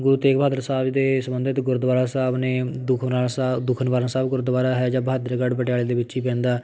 ਗੁਰੂ ਤੇਗ ਬਹਾਦਰ ਸਾਹਿਬ ਜੀ ਦੇ ਸੰਬੰਧਿਤ ਗੁਰਦੁਆਰਾ ਸਾਹਿਬ ਨੇ ਦੁੱਖ ਵਨਾ ਸਾਹ ਦੂਖਨਿਵਾਰਨ ਸਾਹਿਬ ਗੁਰਦੁਆਰਾ ਹੈ ਜਾਂ ਬਹਾਦਰਗੜ੍ਹ ਪਟਿਆਲੇ ਦੇ ਵਿੱਚ ਹੀ ਪੈਂਦਾ